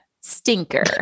stinker